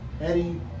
Eddie